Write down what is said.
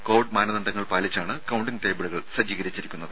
Covid മാനദണ്ഡങ്ങൾ പാലിച്ചാണ് counting ടേബിളുകൾ സജ്ജീകരിച്ചിരിക്കുന്നത്